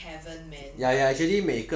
match made in heaven man